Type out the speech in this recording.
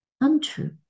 untrue